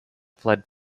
fled